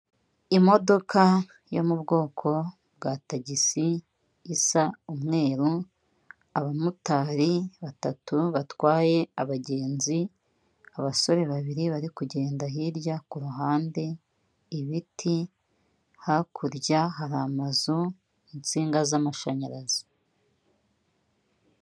Imodoka yo mu bwoko bwa tagisi isa umweru, abamotari batatu batwaye abagenzi, abasore babiri bari kugenda hirya ku ruhande, ibiti, hakurya hari amazu, insinga z'amashanyarazi.